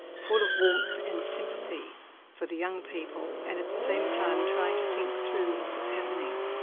full of warmth and sympathy for the young people and at the same time trying to think through what was happening,